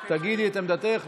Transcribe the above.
תגידי את עמדתך.